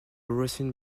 ruffin